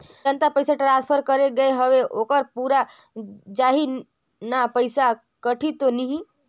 जतना पइसा ट्रांसफर करे गये हवे ओकर पूरा जाही न पइसा कटही तो नहीं?